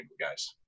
guys